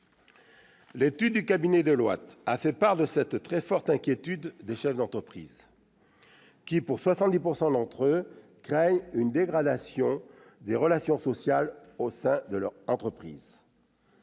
L'étude du cabinet Deloitte a fait part de cette très forte inquiétude des chefs d'entreprise, qui, pour 70 % d'entre eux, craignent une dégradation des relations sociales au sein de leur entreprise.